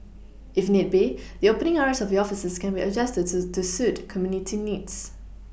if need be the opening hours of the offices can be adjusted to suit community needs